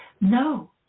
no